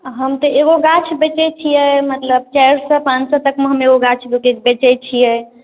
हम तऽ एगो गाछ बेचै छिए मतलब चारि सओ पाँच सओ तकमे हम एगो गाछ बिकै बेचै छिए